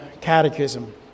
catechism